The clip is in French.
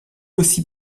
aussi